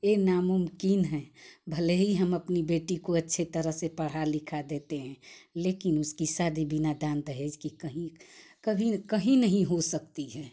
यह नामुमकिन है भले ही हम अपनी बेटी को अच्छी तरह से पढ़ा लिखा देते हैं लेकिन उसकी शादी बिना दान दहेज के कहीं कभी कहीं नहीं हो सकती है